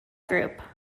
group